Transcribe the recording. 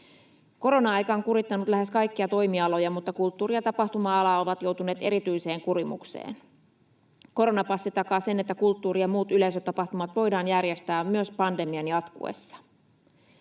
Korona-aika on kurittanut lähes kaikkia toimialoja, mutta kulttuuri‑ ja tapahtuma-alat ovat joutuneet erityiseen kurimukseen. Koronapassi takaa sen, että kulttuuri‑ ja muut yleisötapahtumat voidaan järjestää myös pandemian jatkuessa.